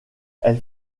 elle